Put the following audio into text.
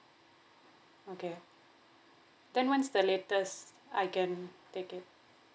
okay then when's the latest I can take it